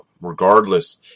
Regardless